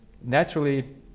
Naturally